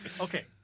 Okay